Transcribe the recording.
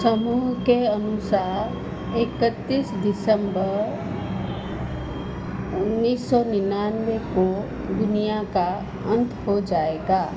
समूह के अनुसार एकत्तीस दिसंबर उन्नीस सौ निन्यानवे को दुनिया का अंत हो जाएगा